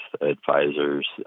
advisors